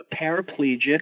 paraplegic